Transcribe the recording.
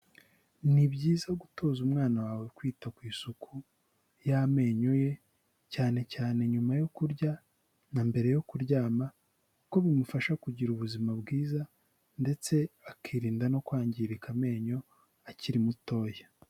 Ni byiza gutoza umwana wawe kwita ku isuku y'amenyo ye, cyane cyane nyuma yo kurya na mbere yo kuryama kuko bimufasha kugira ubuzima bwiza ndetse akirinda no kwangirika amenyo akiri mutoya.